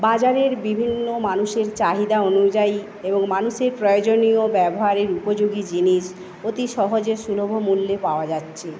বাজারের বিভিন্ন মানুষের চাহিদা অনুযায়ী এবং মানুষের প্রয়োজনীয় ব্যবহারের উপযোগী জিনিস অতি সহজে সুলভ মূল্যে পাওয়া যাচ্ছে